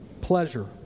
pleasure